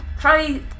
try